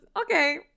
okay